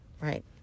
right